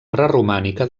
preromànica